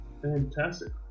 fantastic